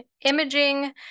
Imaging